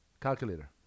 calculator